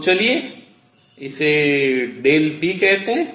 तो चलिए इसे p कहते हैं